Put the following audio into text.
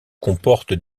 comportent